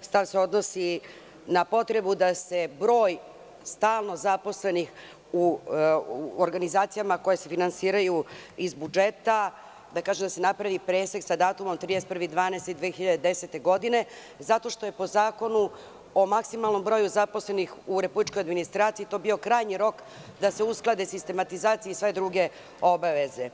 stav se odnosi na potrebu da se broj stalno zaposlenih u organizacijama koje se finansiraju iz budžeta, da se napravi presek sa datumom 31.12.2010. godine, zato što je po Zakonu o maksimalnom broju zaposlenih u republičkoj administraciji bio krajnji rok da se usklade sistematizacije i sve druge obaveze.